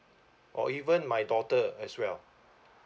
or even my daughter as well